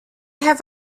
have